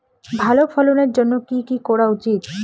ভালো ফলনের জন্য কি কি করা উচিৎ?